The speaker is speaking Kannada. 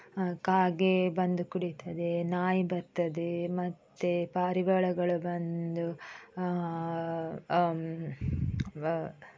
ಕಾಗೆ ಬಂದು ಕುಡಿಯುತ್ತದೆ ನಾಯಿ ಬರ್ತದೆ ಮತ್ತು ಪಾರಿವಾಳಗಳು ಬಂದು